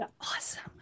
awesome